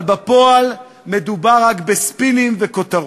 אבל בפועל מדובר רק בספינים ובכותרות.